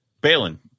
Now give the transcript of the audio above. Balin